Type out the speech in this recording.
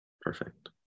perfect